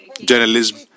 journalism